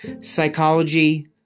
Psychology